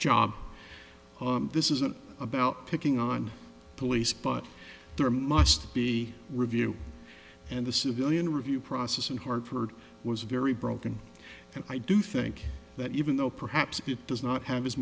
job this isn't about picking on police but there must be review and the civilian review process in hartford was very broken and i do think that even though perhaps it does not have as